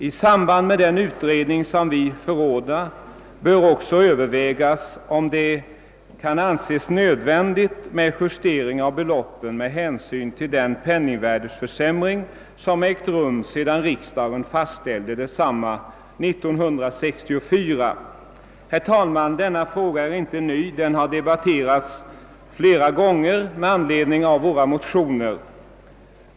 I samband med den utredning som vi förordar bör också övervägas om det kan anses nödvändigt med justering av beloppen med hänsyn till den penningvärdeförsämring som ägt rum sedan riksdagen fastställde desamma 1964. Herr talman! Denna fråga är inte ny — den har debatterats flera gånger tidigare med anledning av våra motioner.